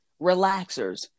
relaxers